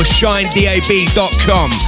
shinedab.com